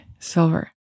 Silver